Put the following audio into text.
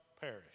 perish